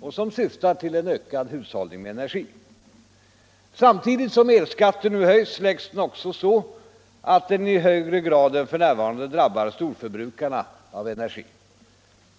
och som syftar till en ökad hushållning med energi. Samtidigt som elskatten nu höjs, läggs den också om så att den i högre grad än f.n. drabbar storförbrukarna av energi.